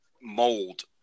mold